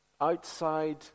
outside